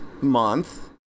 month